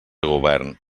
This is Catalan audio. govern